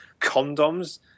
condoms